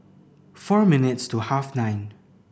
four minutes to half nine